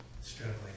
struggling